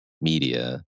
media